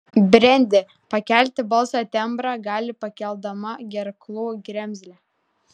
brendi pakelti balso tembrą gali pakeldama gerklų kremzlę